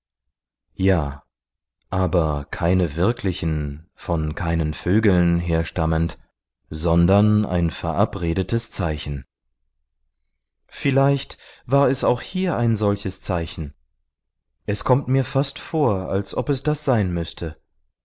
ja aber keine wirklichen von keinen vögeln herstammend sondern ein verabredetes zeichen vielleicht war es auch hier solch ein zeichen es kommt mir fast vor als ob es das sein müßte